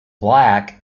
black